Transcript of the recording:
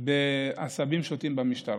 בעשבים שוטים במשטרה.